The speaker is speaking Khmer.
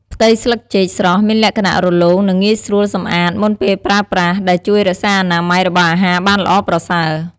ផ្ទៃស្លឹកចេកស្រស់មានលក្ខណៈ រលោង និងងាយស្រួលសម្អាត មុនពេលប្រើប្រាស់ ដែលជួយរក្សាអនាម័យរបស់អាហារបានល្អប្រសើរ។